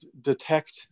detect